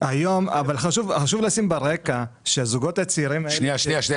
חשוב לשים ברקע שזוגות הצעירים האלה --- רגע.